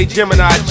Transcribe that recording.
Gemini